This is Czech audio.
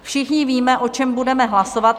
Všichni víme, o čem budeme hlasovat.